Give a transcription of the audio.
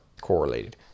correlated